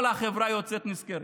כל החברה יוצאת נשכרת.